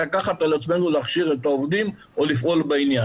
לקחת על עצמנו להכשיר את העובדים או לפעול בעניין.